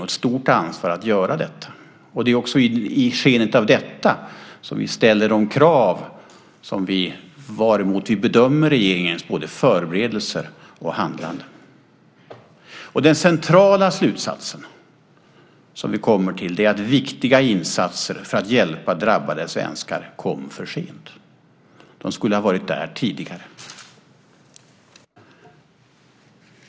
Det är också i skenet av detta som vi ställer upp de krav mot vilka vi bedömer regeringens förberedelser och handlande. Den centrala slutsatsen som vi har kommit till är att viktiga insatser för att hjälpa drabbade svenskar kom för sent. De skulle ha varit där tidigare.